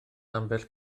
ambell